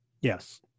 yes